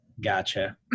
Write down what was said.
Gotcha